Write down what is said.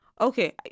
okay